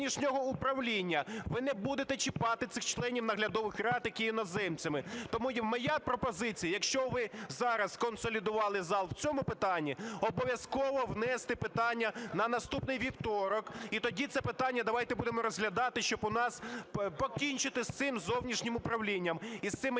зовнішнього управління. Ви не будете чіпати цих членів наглядових рад, які є іноземцями. Тому моя пропозиція, якщо ви зараз сконсолідували зал в цьому питанні, обов'язково внести питання на наступний вівторок, і тоді це питання давайте будемо розглядати, щоб у нас покінчити з цим зовнішнім управлінням і з цими нефахівцями,